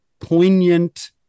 poignant